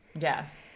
Yes